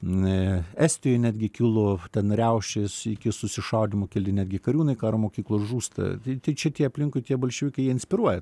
estijoj netgi kilo ten riaušės iki susišaudymo keli netgi kariūnai karo mokyklos žūsta tai tai čia tie aplinkui tie bolševikai jie inspiruoja